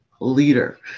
leader